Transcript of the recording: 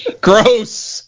Gross